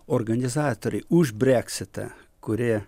organizatoriai už breksitą kurie